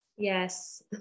Yes